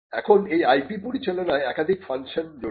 এখন এই IP পরিচালনায় একাধিক ফাংশন জড়িত